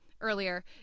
earlier